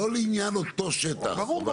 לא לעניין אותו שטח.